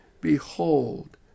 Behold